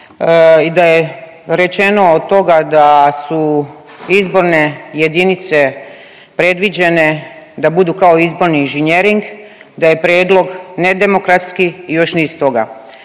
i da je rečeno od toga da su izborne jedinice predviđene da budu kao izborni inženjering, da je prijedlog nedemokratski još niz toga.